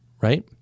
right